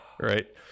Right